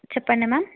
చెప్పండి మ్యామ్